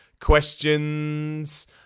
questions